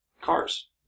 cars